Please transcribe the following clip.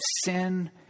sin